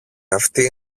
αυτή